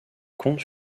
contes